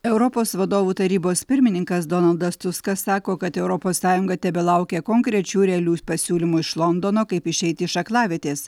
europos vadovų tarybos pirmininkas donaldas tuskas sako kad europos sąjunga tebelaukia konkrečių realių pasiūlymų iš londono kaip išeiti iš aklavietės